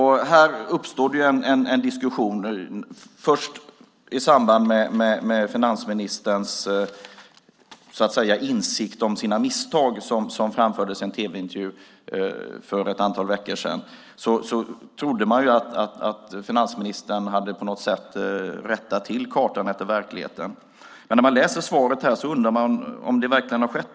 Här uppstår det först en diskussion i samband med finansministerns insikt om sina misstag, som framfördes i en tv-intervju för ett antal veckor sedan. Man trodde att finansministern på något sätt rättat till kartan efter verkligheten. Men när man läser svaret undrar man om det verkligen har skett.